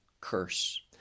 curse